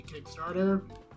Kickstarter